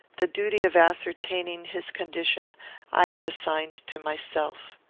the duty of ascertaining his condition i had assigned to myself.